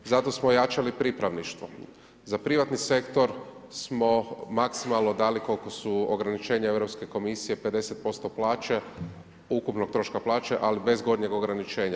Zato smo ojačali pripravništvo, za privatni sektor, smo maksimalno dali, koliko su ograničenja Europske komisije, 50% plaće ukupnog troška plaće, ali bez gornjeg ograničenja.